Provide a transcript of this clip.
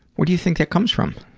what do you think that comes from?